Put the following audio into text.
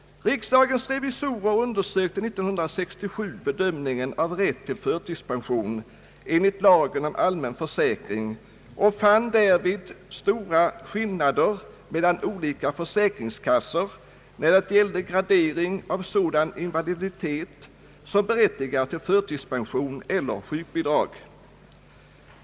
Riksdagens revisorer undersökte 1967 bedömningen av rätt till förtidspension enligt lagen om allmän försäkring och fann därvid stora skillnader mellan olika försäkringskassor när det gällde gradering av sådan invaliditet som berättigade till förtidspension eller sjukbidrag.